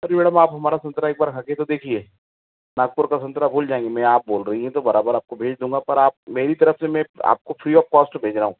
अरे मैडम आप हमारा संतरा खाकर के तो देखिए नागपुर का संतरा भूल जाएँगी मैं आप बोल रही है मैं बराबर आपको भेज दूँगा पर मैं मेरी तरफ़ से मैं आपको फ्री ऑफ कॉस्ट भेज रहा हूँ